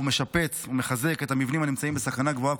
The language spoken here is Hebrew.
משפץ ומחזק את המבנים הנמצאים בסכנה גבוהה,